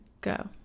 go